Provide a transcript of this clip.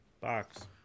box